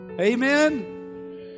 Amen